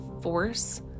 force